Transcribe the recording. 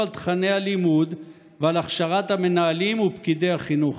על תוכני הלימוד ועל הכשרת המנהלים ופקידי החינוך?